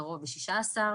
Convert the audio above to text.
בקרוב ב-16,